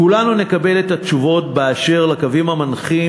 כולנו נקבל את התשובות באשר לקווים המנחים